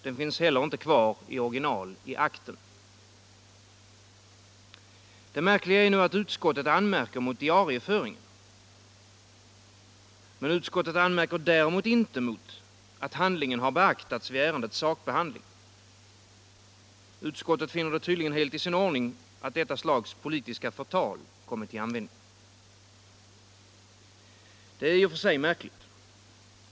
Den finns inte heller kvar i original i akten. Det märkliga är nu att utskottet anmärker mot diarieföringen, däremot inte mot att skrivelsen har beaktats vid ärendets sakbehandling. Utskottet finner det tydligen helt i sin ordning att detta slags politiska förtal har kommit till användning. Detta är i och för sig märkligt.